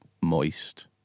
moist